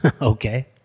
okay